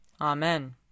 Amen